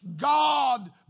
God